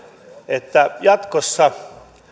että jatkossa